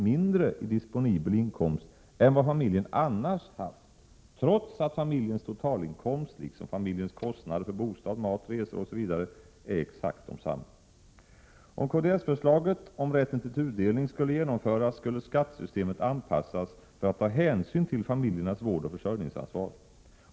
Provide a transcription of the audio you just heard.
mindre i disponibel inkomst än vad familjen annars haft, trots att familjens totalinkomst, liksom familjens kostnader för bostad, mat, resor osv., är exakt densamma. Om kds-förslaget om rätten till tudelning skulle genomföras, skulle skattesystemet anpassas för att ta hänsyn till familjernas vårdoch försörjningsansvar.